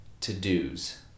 to-dos